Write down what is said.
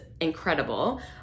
incredible